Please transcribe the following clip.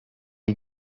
you